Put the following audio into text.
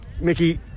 Mickey